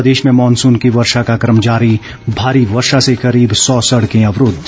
प्रदेश में मॉनसून की वर्षा का क्रम जारी भारी वर्षा से करीब सौ सड़कें अवरूद्व